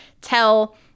tell